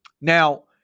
Now